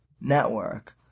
Network